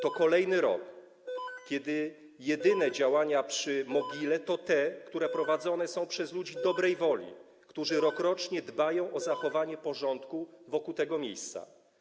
To kolejny rok, kiedy jedyne działania przy mogile to te, które prowadzone są przez ludzi dobrej woli, którzy rokrocznie dbają o zachowanie porządku wokół tego miejsca.